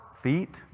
feet